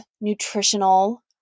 nutritional